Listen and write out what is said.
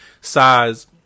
size